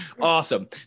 awesome